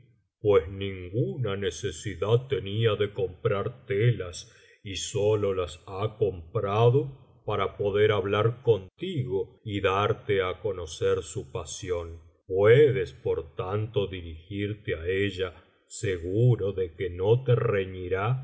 pues ninguna necesidad tenía de comprar telas y sólo las ha comprado para poder hablar contigo y darte á conocer su pasión puedes por tanto dirigirte á ella seguro de que no te reñirá